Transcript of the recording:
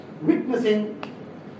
witnessing